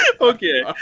Okay